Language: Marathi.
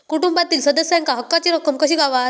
कुटुंबातील सदस्यांका हक्काची रक्कम कशी गावात?